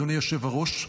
אדוני היושב-ראש,